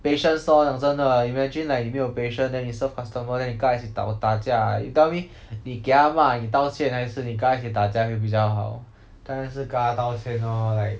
patience lor 讲真的 imagine like 你没有 patience then 你 serve customer then 你跟他一起倒打架 you tell me 你给他骂你道歉还是你跟他一起打架会比较好当然是跟他道歉 lor like